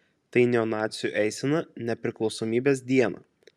tai neonacių eisena nepriklausomybės dieną